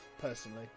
personally